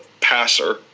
passer